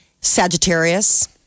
Sagittarius